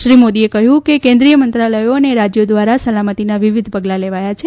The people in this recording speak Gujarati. શ્રી મોદીએ કહ્યું કે કેન્દ્રિય મંત્રાલયો અને રાજયો દ્વારા સલામતિનાં વિવિધ પગલાં લેવાયા છે